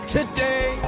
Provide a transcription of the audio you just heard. Today